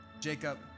Jacob